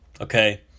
Okay